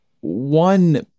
one